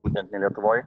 būtent ne lietuvoj